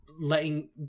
letting